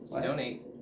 Donate